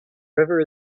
river